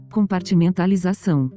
Compartimentalização